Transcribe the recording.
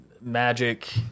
magic